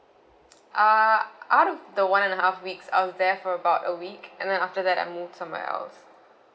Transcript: uh out of the one and a half weeks I was there for about a week and then after that I moved somewhere else